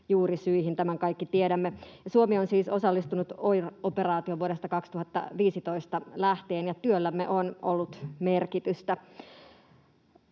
juurisyihin, tämän kaikki tiedämme. Suomi on siis osallistunut OIR-operaatioon vuodesta 2015 lähtien, ja työllämme on ollut merkitystä.